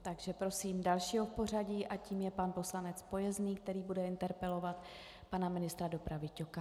Takže prosím dalšího v pořadí, a tím je pan poslanec Pojezný, který bude interpelovat pana ministra dopravy Ťoka.